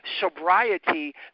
sobriety